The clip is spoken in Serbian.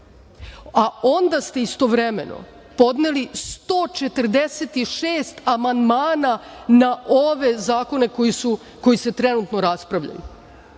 A onda ste istovremeno podneli 146 amandmana na ove zakone koji se trenutno raspravljaju.